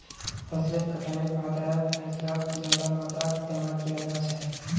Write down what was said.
फसलेर कटाईर बादे फैसलक ज्यादा मात्रात जमा कियाल जा छे